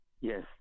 Yes